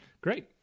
Great